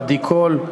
עדי קול,